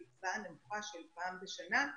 התקרה הנמוכה של פעם בשנה,